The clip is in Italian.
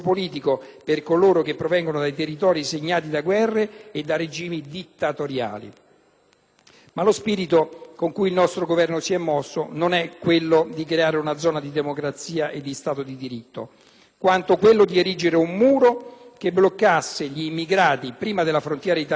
per coloro che provengono da territori segnati da guerre e regimi dittatoriali. Ma lo spirito con cui il nostro Governo si è mosso non è stato quello di creare una zona di democrazia e di Stato di diritto, quanto quello di erigere un muro che bloccasse gli immigrati prima della frontiera italiana,